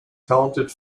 talented